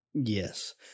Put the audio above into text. Yes